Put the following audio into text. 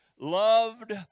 loved